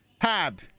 hab